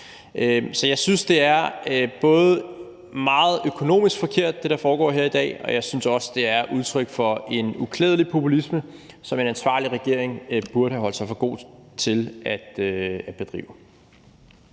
foregår her i dag, er meget økonomisk forkert, og jeg synes også, det er udtryk for en uklædelig populisme, som en ansvarlig regering burde have holdt sig for god til at bedrive.